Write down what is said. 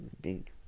big